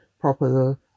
proper